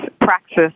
praxis